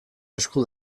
esku